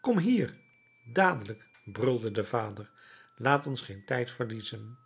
kom hier dadelijk brulde de vader laat ons geen tijd verliezen